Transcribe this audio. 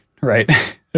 Right